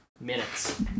minutes